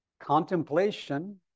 contemplation